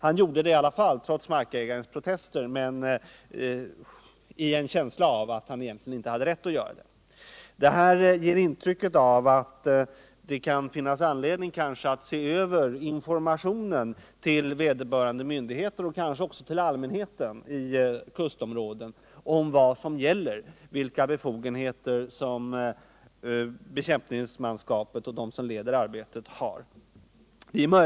Han gjorde det i alla fall, trots markägarens protester, men i en känsla av att han inte hade rätt att göra det. Av detta får man intrycket att det kanske kan finnas anledning att se över informationen till vederbörande myndigheter och kanske också till allmänheten i kustområden, om vilka regler som gäller och vilka befogenheter bekämpningsmanskapet och de som leder arbetet har.